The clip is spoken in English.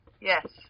Yes